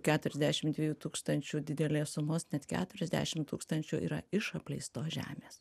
keturiasdešim dviejų tūkstančių didelės sumos net keturiasdešim tūkstančių yra iš apleistos žemės